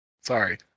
Sorry